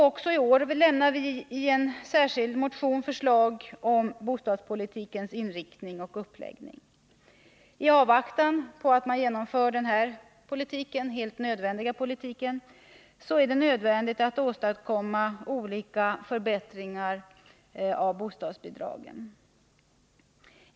Även i år lämnar vi i en särskild motion förslag om bostadspolitikens inriktning och uppläggning. I avvaktan på att denna politik genomförs är det emellertid nödvändigt att åstadkomma olika förbättringar av bostadsbidragen.